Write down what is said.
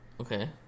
Okay